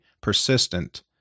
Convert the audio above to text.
persistent